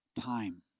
time